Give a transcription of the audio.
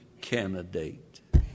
candidate